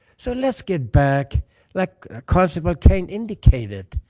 so let's get back like constable cane indicated,